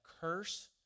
curse